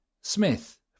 Smith